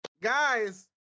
guys